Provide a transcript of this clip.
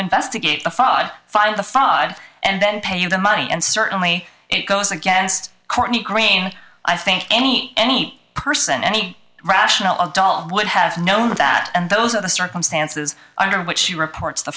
investigate the fod five of the five and then pay you the money and certainly it goes against courtney green i think any any person any rational adult would have known that and those are the circumstances under which she reports the